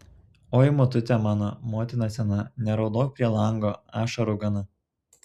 oi motute mano motina sena neraudok prie lango ašarų gana